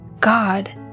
God